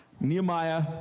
Nehemiah